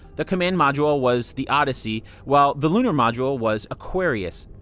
the command module was the odyssey while the lunar module was aquarius.